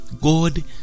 God